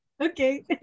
Okay